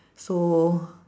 so